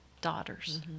daughters